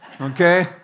okay